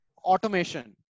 automation